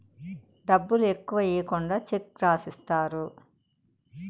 డబ్బులు ఎక్కువ ఈకుండా చెక్ రాసిత్తారు